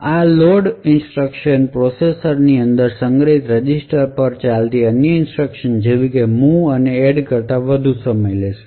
આ load instruction processor ની અંદર સંગ્રહિત રજિસ્ટર પર જ ચાલતી અન્ય ઇન્સટ્રકશન જેમ કે મુવ અને એડ કરતા વધુ સમય લેશે